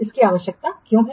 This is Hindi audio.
इसकी आवश्यकता क्यों है